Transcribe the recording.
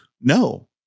No